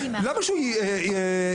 למה שהוא יחקור,